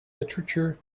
literature